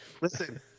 Listen